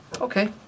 Okay